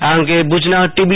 આ અંગે ભુજના ટીબી